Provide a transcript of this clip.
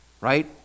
right